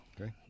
Okay